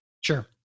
Sure